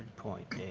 point, dave.